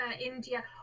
India